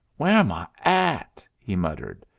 where'm i at? he muttered.